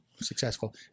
successful